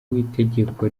w’itegeko